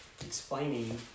explaining